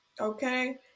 Okay